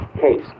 case